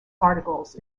articles